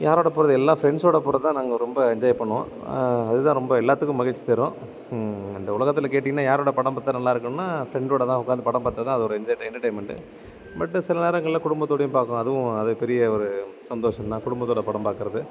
யாரோட போகிறது எல்லாம் ஃப்ரெண்ட்ஸோடு போகிறதுதான் நாங்கள் ரொம்ப என்ஜாய் பண்ணுவோம் அதுதான் ரொம்ப எல்லாத்துக்கும் மகிழ்ச்சி தரும் இந்த உலகத்தில் கேட்டீங்கன்னா யாரோடு படம் பார்த்தா நல்லா இருக்கும்னா ஃப்ரெண்டோடு தான் உட்காந்து படம் பார்த்தா தான் அது ஒரு என்ஜாய் எண்டெர்டெயின்மெண்ட்டு பட்டு சில நேரங்களில் குடும்பத்தோடயும் பார்க்கலாம் அதுவும் அது பெரிய ஒரு சந்தோஷந்தான் குடும்பத்தோடு படம் பாக்கிறது